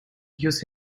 used